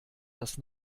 das